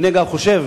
אגב, אני חושב